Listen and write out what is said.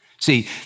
See